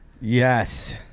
yes